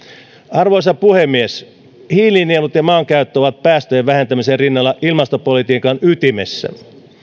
arvoisa puhemies hiilinielut ja maankäyttö ovat päästöjen vähentämisen rinnalla ilmastopolitiikan ytimessä